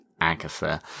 Agatha